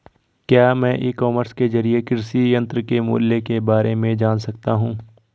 क्या मैं e commerce के ज़रिए कृषि यंत्र के मूल्य में बारे में जान सकता हूँ?